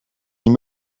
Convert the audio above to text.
niet